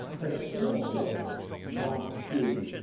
has also not been